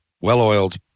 well-oiled